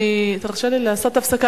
מקרים, כבוד השר, תרשה לי לעשות הפסקה.